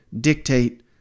dictate